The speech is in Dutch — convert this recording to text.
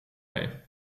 mee